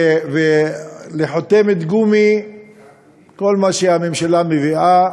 ולחותמת גומי לכל מה שהממשלה מביאה,